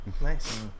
Nice